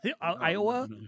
Iowa